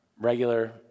regular